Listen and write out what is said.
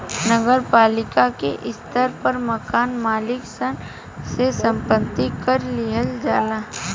नगर पालिका के स्तर पर मकान मालिक सन से संपत्ति कर लिहल जाला